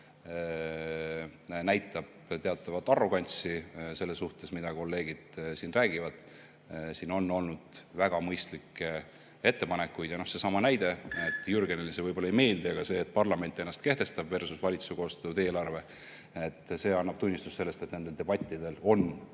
näitab teatavat arrogantsust selle suhtes, mida kolleegid räägivad. Siin on olnud väga mõistlikke ettepanekuid. Seesama näide: Jürgenile see võib-olla ei meeldi, aga see, et parlament ennast kehtestabversusvalitsuse koostatud eelarve, annab tunnistust sellest, et nendel debattidel on